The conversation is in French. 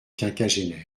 quinquagénaire